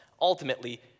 ultimately